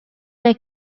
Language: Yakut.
эрэ